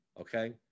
okay